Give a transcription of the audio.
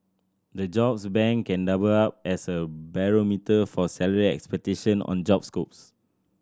the jobs bank can double up as a barometer for salary expectation on job scopes